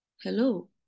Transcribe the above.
Hello